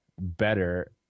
better